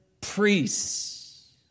priests